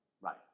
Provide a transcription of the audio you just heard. Right